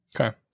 Okay